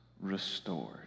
restored